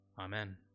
Amen